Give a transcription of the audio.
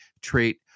trait